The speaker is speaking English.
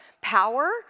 power